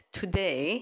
today